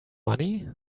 money